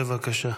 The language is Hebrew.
בבקשה.